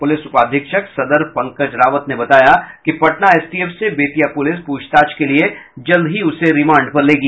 police उपाधीक्षक सदर पंकज रावत ने बताया कि पटना एसटीएफ से बेतिया पुलिस पूछताछ के लिए जल्द ही उसे रिमांड पर लेगी